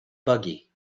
buggy